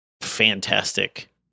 fantastic